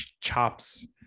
chops